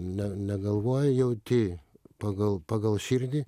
ne negalvoji jauti pagal pagal širdį